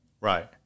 Right